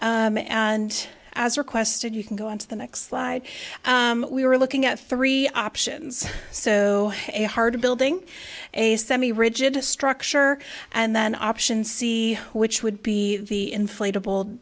and as requested you can go on to the next slide we were looking at three options so hard a building a semi rigid a structure and then option c which would be the inflatable